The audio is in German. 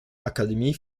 akademie